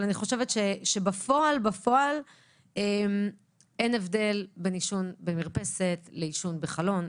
אני חושבת שבפועל אין הבדל בין עישון במרפסת לעישון בחלון.